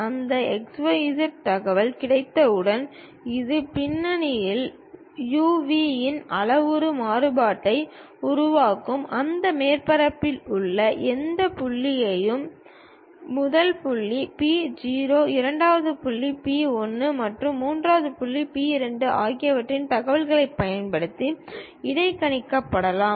அந்த x y z தகவல் கிடைத்தவுடன் இது பின்னணியில் u v இன் அளவுரு மாறுபாட்டை உருவாக்கும் அந்த மேற்பரப்பில் உள்ள எந்த புள்ளியும் முதல் புள்ளி P 0 இரண்டாவது புள்ளி P 1 மற்றும் மூன்றாம் புள்ளி P 2 ஆகியவற்றின் தகவல்களைப் பயன்படுத்தி இடைக்கணிக்கப்படலாம்